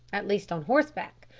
at least on horseback,